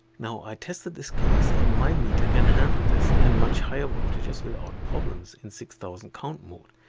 now, i tested this case and my meter can handle this and much higher voltages without problems in six thousand count mode.